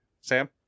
Sam